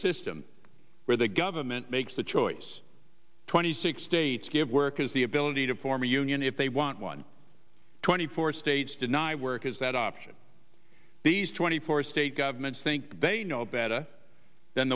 where the government makes the choice twenty six states give workers the ability to form a union if they want one twenty four states deny workers that option these twenty four state governments think they know better than